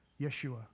Yeshua